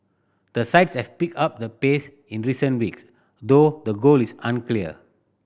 the sides have picked up the pace in recent weeks though the goal is unclear